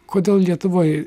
kodėl lietuvoj